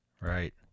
Right